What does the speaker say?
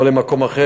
או למקום אחר,